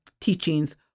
teachings